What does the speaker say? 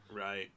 Right